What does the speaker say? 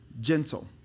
gentle